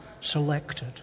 selected